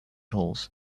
halls